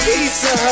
Pizza